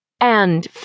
And